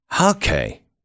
Okay